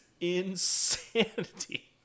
insanity